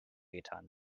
getan